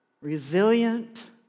resilient